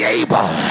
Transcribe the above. able